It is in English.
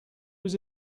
was